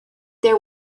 there